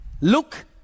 Look